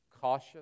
cautious